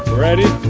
ready,